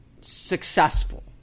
successful